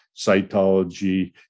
cytology